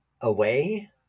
away